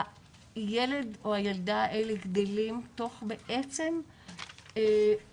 הילד או הילדה האלה גדלים תוך בעצם אובדן